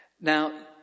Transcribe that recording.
Now